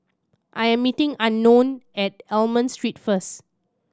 I'm meeting Unknown at Almond Street first